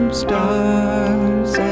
stars